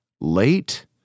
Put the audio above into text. Late